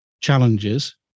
challenges